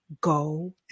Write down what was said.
go